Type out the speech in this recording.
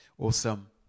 Awesome